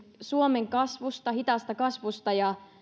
suomen hitaasta kasvusta ja